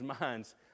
minds